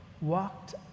walked